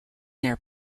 their